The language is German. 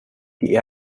die